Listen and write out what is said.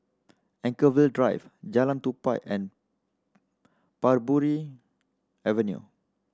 Anchorvale Drive Jalan Tupai and Parbury Avenue